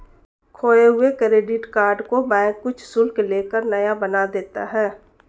खोये हुए credit card को बैंक कुछ शुल्क ले कर नया बना देता है